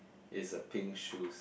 is a pink shoes